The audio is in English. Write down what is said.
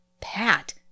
Pat